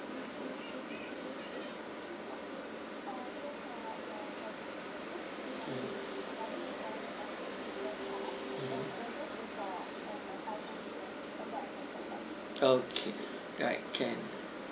okay right can